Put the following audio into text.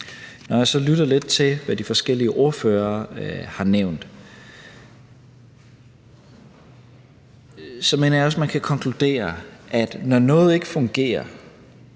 Når jeg så lytter lidt til, hvad de forskellige ordførere har nævnt, så mener jeg også, at man kan konkludere, at når noget ikke fungerer